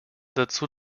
dazu